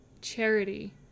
Charity